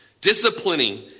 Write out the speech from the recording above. disciplining